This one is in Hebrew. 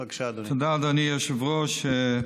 תודה, אדוני היושב-ראש.